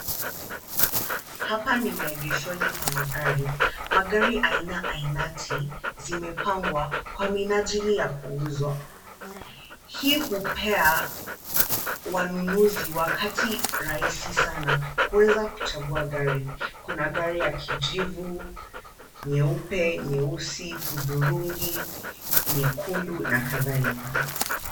Hapa ni maegeshoni pa magari. Magari aina ainati, zimepangwa kwa minajili ya kuuzwa. Hii hupea wanunuzi wakati rahisi sana kuweza kuchagua gari. Kuna gari ya kijivu, nyeupe, nyeusi, hudhurungi, nyekundu na kadhalika.